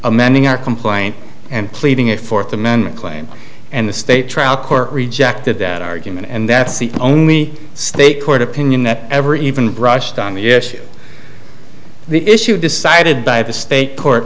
amending our complaint and pleading a fourth amendment claim and the state trial court rejected that argument and that's the only state court opinion that ever even brushed on the issue the issue decided by the state court